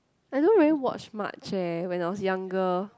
I don't really watch much eh when I was younger